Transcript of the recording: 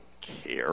care